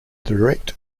direct